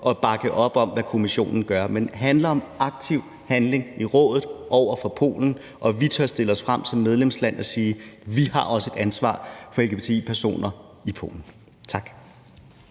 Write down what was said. at bakke op om, hvad Kommissionen gør, men handler om aktiv handling i Rådet over for Polen, og at vi tør stille os frem som medlemsland og sige: Vi har også et ansvar for lgbti-personer i Polen. Tak.